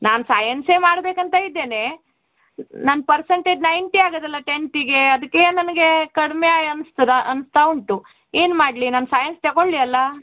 ನಾನು ಸಯನ್ಸೇ ಮಾಡಬೇಕಂತ ಇದ್ದೇನೆ ನನ್ನ ಪರ್ಸಂಟೇಜ್ ನೈನ್ಟಿ ಆಗದಲ್ಲ ಟೆಂತಿಗೆ ಅದಕ್ಕೆ ನನಗೆ ಕಡಿಮೆ ಅನ್ಸ್ತದ ಅನ್ಸ್ತಾ ಉಂಟು ಏನು ಮಾಡಲಿ ನಾನು ಸೈನ್ಸ್ ತಗೊಳ್ಳಿ ಅಲ್ಲ